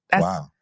Wow